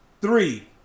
Three